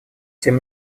тем